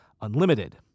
Unlimited